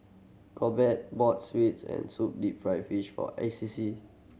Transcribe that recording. Corbett bought sweet and sour deep fried fish for A C C